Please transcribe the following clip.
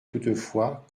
toutefois